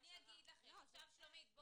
שלומית,